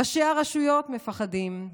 ראשי הרשויות, מפחדים.